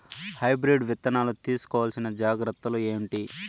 Hybrid విత్తనాలు తీసుకోవాల్సిన జాగ్రత్తలు ఏంటి?